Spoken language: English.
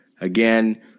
Again